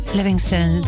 Livingston